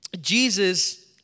Jesus